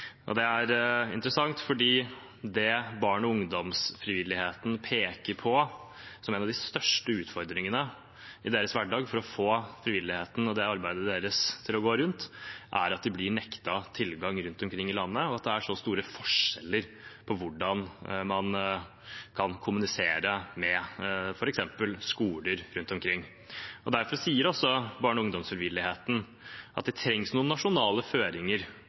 Og det er interessant, for det barne- og ungdomsfrivilligheten peker på som en av de største utfordringene i deres hverdag for å få frivilligheten og arbeidet deres til å gå rundt, er at de blir nektet tilgang rundt omkring i landet, og at det er store forskjeller på hvordan man kan kommunisere med f.eks. skoler rundt omkring. Derfor sier også barne- og ungdomsfrivilligheten at det trengs noen nasjonale føringer